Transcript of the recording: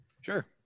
Sure